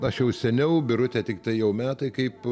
aš jau seniau birutė tiktai jau metai kaip